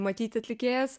matyti atlikėjas